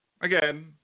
again